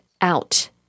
out